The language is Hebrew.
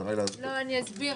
אני אסביר.